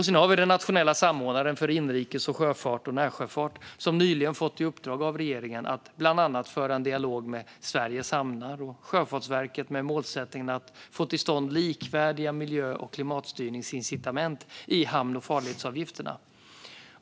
Den nationella samordnaren för inrikes sjöfart och närsjöfart har nyligen fått i uppdrag av regeringen att bland annat föra en dialog med Sveriges Hamnar och Sjöfartsverket med målsättningen att få till stånd likvärdiga miljö och klimatstyrningsincitament i hamn och farledsavgifterna.